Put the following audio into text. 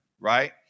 Right